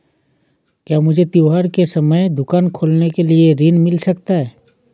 क्या मुझे त्योहार के समय दुकान खोलने के लिए ऋण मिल सकता है?